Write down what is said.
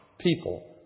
people